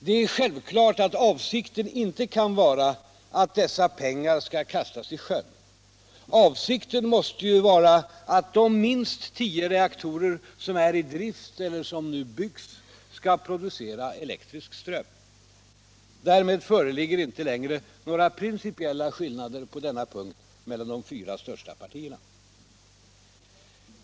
Det är självklart att avsikten inte kan vara att dessa pengar skall kastas i sjön. Avsikten måste vara att de minst tio reaktorer som är i drift eller som nu byggs skall producera elektrisk ström. Därmed föreligger inte längre några principiella skillnader på denna punkt mellan de fyra största partierna.